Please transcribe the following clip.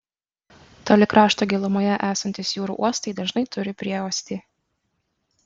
toli krašto gilumoje esantys jūrų uostai dažnai turi prieuostį